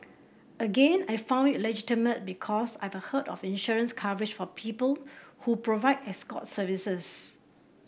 again I found it legitimate because I have heard of insurance coverage for people who provide escort services